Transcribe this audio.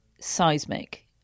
seismic